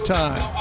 time